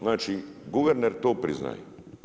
Znači guverner to priznanje.